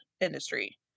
industry